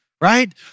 Right